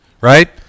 right